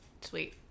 sweet